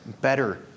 better